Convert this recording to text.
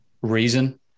reason